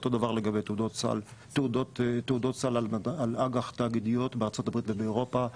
אותו דבר לגבי תעודות סל על אג"ח תאגידיות בארצות הברית ובאירופה,